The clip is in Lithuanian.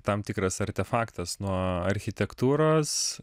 tam tikras artefaktas nuo architektūros